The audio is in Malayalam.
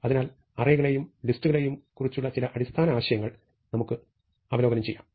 അതിനാൽ അറേകളെയും ലിസ്റ്റുകളെയും കുറിച്ചുള്ള ചില അടിസ്ഥാന ആശയങ്ങൾ നമുക്ക് അവലോകനം ചെയ്യാം